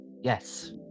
Yes